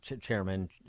Chairman